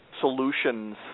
solutions